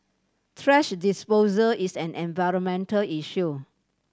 thrash disposer is an environmental issue